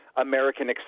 American